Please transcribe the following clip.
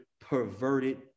perverted